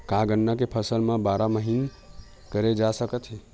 का गन्ना के फसल ल बारह महीन करे जा सकथे?